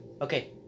Okay